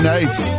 Nights